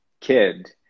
kid